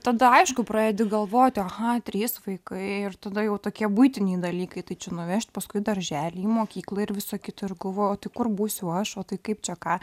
tada aišku pradedi galvot aha trys vaikai ir tada jau tokie buitiniai dalykai tai čia nuvežt paskui į darželį į mokyklą ir visa kita ir galvoju o tai kur būsiu aš o tai kaip čia ką